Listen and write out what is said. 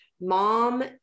mom